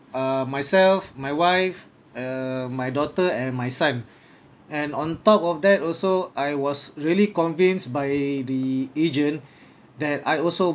uh myself my wife err my daughter and my son and on top of that also I was really convinced by the agent that I also